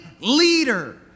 leader